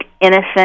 innocent